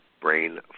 brain